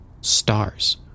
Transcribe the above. Stars